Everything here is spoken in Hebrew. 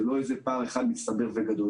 זה לא פער אחד מצטבר וגדול.